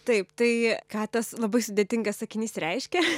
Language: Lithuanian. taip tai ką tas labai sudėtingas sakinys reiškia